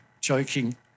joking